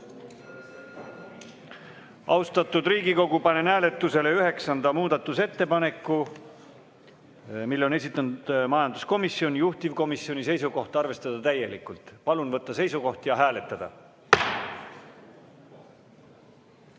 Austatud Riigikogu, panen hääletusele üheksanda muudatusettepaneku, mille on esitanud majanduskomisjon, juhtivkomisjoni seisukoht: arvestada täielikult. Palun võtta seisukoht ja hääletada!